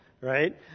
Right